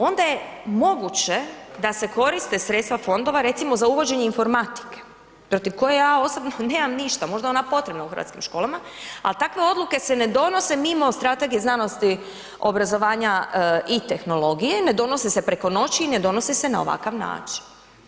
Onda je moguće da se koriste sredstva fondova recimo za uvođenje informatike protiv koja ja osobno nemam ništa, možda je potrebna u hrvatskim školama, ali takve odluke se ne donose mimo Strategije znanosti, obrazovanja i tehnologije, ne donose se preko noći, ne donose se na ovakav način.